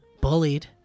bullied